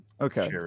Okay